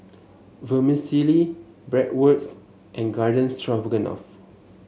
Vermicelli Bratwurst and Garden Stroganoff